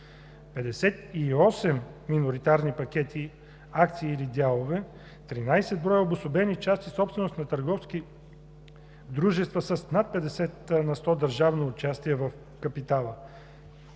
58 миноритарни пакети, акции или дялове; 13 броя обособени части, собственост на търговски дружества с над 50 на сто държавно участие в капитала;